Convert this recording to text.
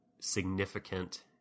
significant